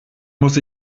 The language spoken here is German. muss